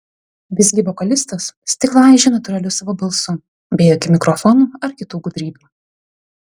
visgi vokalistas stiklą aižė natūraliu savo balsu be jokių mikrofonų ar kitų gudrybių